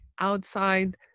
outside